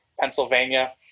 Pennsylvania